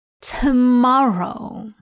Tomorrow